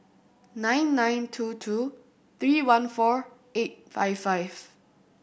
nine nine two two three one four eight five five